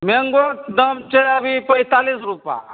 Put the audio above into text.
मैंगोके दाम छै अभी पैतालीस रूपा